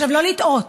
לא לטעות,